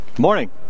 morning